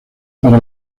para